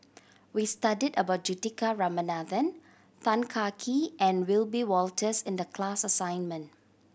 we studied about Juthika Ramanathan Tan Kah Kee and Wiebe Wolters in the class assignment